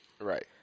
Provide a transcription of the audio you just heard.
Right